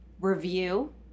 review